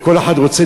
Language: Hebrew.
וכל אחד רוצה,